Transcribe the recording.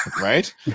right